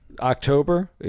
October